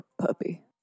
puppy